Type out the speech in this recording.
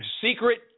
secret